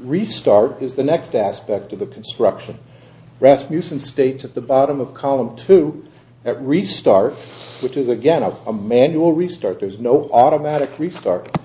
restart is the next aspect of the construction rescue some states at the bottom of column two have restarts which is again a manual restart there is no automatic restart